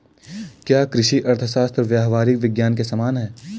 क्या कृषि अर्थशास्त्र व्यावहारिक विज्ञान के समान है?